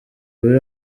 biri